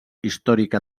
històrica